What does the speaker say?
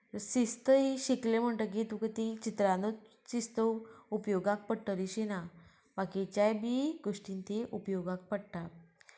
शिस्त ही शिकले म्हणटकीर तुका ती चित्रानूच शिस्त उपयोगाक पडटलीशी ना बाकीच्याय बी गोश्टीन ती उपयोगाक पडटा